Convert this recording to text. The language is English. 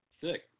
Sick